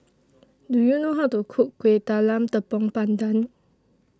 Do YOU know How to Cook Kueh Talam Tepong Pandan